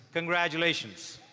congratulations.